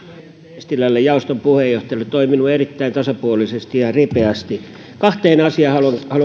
eestilälle jaoston puheenjohtajalle joka on toiminut erittäin tasapuolisesti ja ripeästi kahteen asiaan haluan